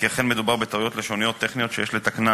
כי אכן מדובר בטעויות לשוניות-טכניות שיש לתקנן.